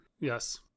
Yes